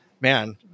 man